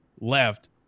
left